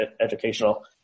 educational